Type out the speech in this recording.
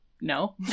No